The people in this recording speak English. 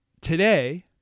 Today